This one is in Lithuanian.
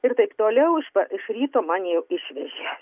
ir taip toliau iš ryto mane jau išvežė